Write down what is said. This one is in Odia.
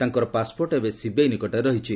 ତାଙ୍କର ପାସ୍ପୋର୍ଟ ଏବେ ସିବିଆଇ ନିକଟରେ ରହିଛି